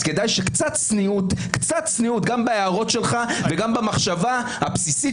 קצת צניעות גם בהערות שלך וגם במחשבה הבסיסית